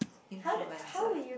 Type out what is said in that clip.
influencer